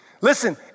Listen